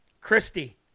Christy